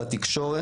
בתקשורת,